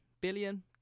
Billion